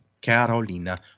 Carolina